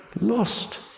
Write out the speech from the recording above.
lost